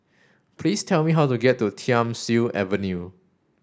please tell me how to get to Thiam Siew Avenue